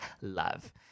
love